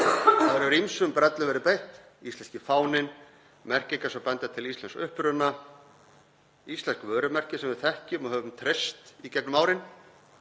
Þar hefur ýmsum brellum verið beitt; íslenski fáninn, merkingar sem benda til íslensks uppruna, íslensk vörumerki sem við þekkjum og höfum treyst í gegnum árin,